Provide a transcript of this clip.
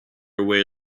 away